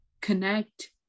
connect